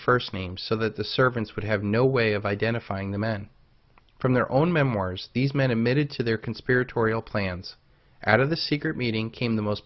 first name so that the servants would have no way of identifying the men from their own memoirs these men admitted to their conspiratorial plans out of the secret meeting came the most